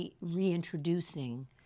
reintroducing